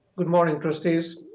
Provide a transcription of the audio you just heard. good morning, trustees.